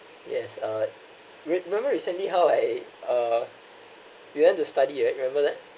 yes uh remember recently how I (uh)you went to study right remember that